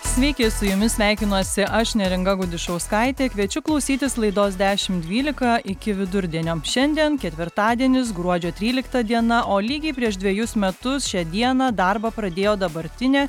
sveiki su jumis sveikinuosi aš neringa gudišauskaitė kviečiu klausytis laidos dešim dvylika iki vidurdienio šiandien ketvirtadienis gruodžio trylikta diena o lygiai prieš dvejus metus šią dieną darbą pradėjo dabartinė